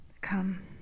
Come